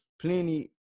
plenty